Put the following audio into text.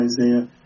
Isaiah